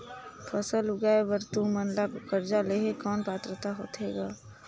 फसल उगाय बर तू मन ला कर्जा लेहे कौन पात्रता होथे ग?